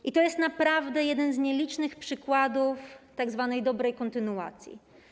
I to jest naprawdę jeden z nielicznych przykładów tzw. dobrej kontynuacji.